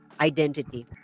identity